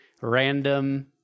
random